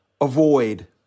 avoid